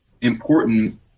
important